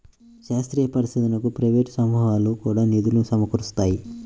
శాస్త్రీయ పరిశోధనకు ప్రైవేట్ సమూహాలు కూడా నిధులు సమకూరుస్తాయి